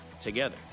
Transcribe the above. Together